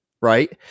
right